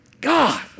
God